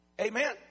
Amen